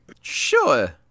Sure